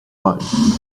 pali